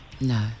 No